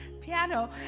piano